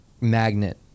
magnet